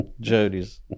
Jody's